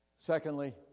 Secondly